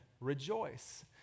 rejoice